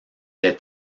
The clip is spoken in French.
est